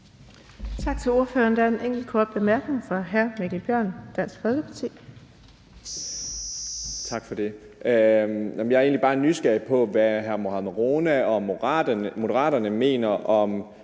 Tak til ordføreren. Der er en enkelt kort bemærkning fra hr. Mikkel Bjørn, Dansk Folkeparti. Kl. 15:48 Mikkel Bjørn (DF): Tak for det. Jeg er egentlig bare nysgerrig på, hvad hr. Mohammad Rona og Moderaterne mener om